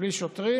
בלי שוטרים.